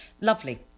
Lovely